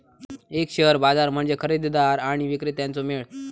एक शेअर बाजार म्हणजे खरेदीदार आणि विक्रेत्यांचो मेळ